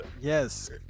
Yes